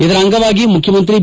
ಇದರ ಅಂಗವಾಗಿ ಮುಖ್ಯಮಂತ್ರಿ ಬಿ